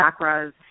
chakras